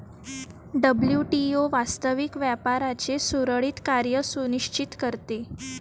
WTO वास्तविक व्यापाराचे सुरळीत कार्य सुनिश्चित करते